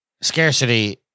scarcity